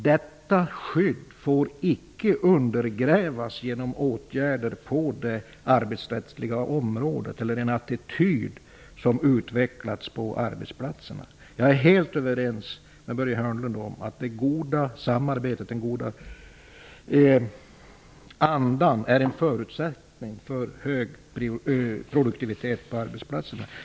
Detta skydd får inte undergrävas genom åtgärder på det arbetsrättsliga området eller en attityd som har utvecklats på arbetsplatserna. Jag är helt överens med Börje Hörnlund om att det goda samarbetet och den goda andan är en förutsättning för hög produktivitet på arbetsplatserna.